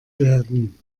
werden